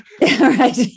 Right